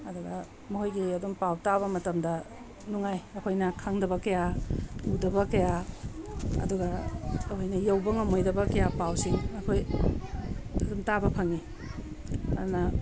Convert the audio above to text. ꯑꯗꯨꯒ ꯃꯈꯣꯏꯒꯤ ꯑꯗꯨꯝ ꯄꯥꯎ ꯇꯥꯕ ꯃꯇꯝꯗ ꯅꯨꯡꯉꯥꯏ ꯑꯩꯈꯣꯏꯅ ꯈꯪꯗꯕ ꯀꯌꯥ ꯎꯗꯕ ꯀꯌꯥ ꯑꯗꯨꯒ ꯑꯣꯏꯅ ꯌꯧꯕ ꯉꯝꯃꯣꯏꯗꯕ ꯀꯌꯥ ꯄꯥꯎꯁꯤꯡ ꯑꯩꯈꯣꯏ ꯑꯗꯨꯝ ꯇꯥꯕ ꯐꯪꯏ ꯑꯗꯨꯅ